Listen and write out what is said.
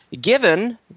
given